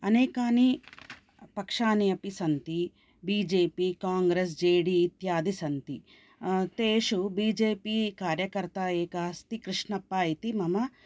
अनेकानि पक्षानि अपि सन्ति बीजेपि काङ्ग्रेस् जेडि इत्यादि सन्ति तेषु बिजेपि कार्यकर्ता एकः अस्ति कृष्णप्प इति मम